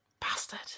bastard